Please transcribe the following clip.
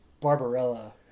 Barbarella